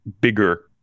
bigger